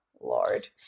Lord